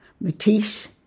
Matisse